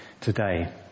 today